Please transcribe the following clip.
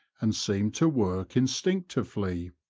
and seem to work instinctively.